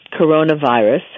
coronavirus